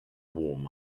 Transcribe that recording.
warm